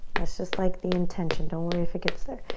that's just like the intention. don't worry if it gets there.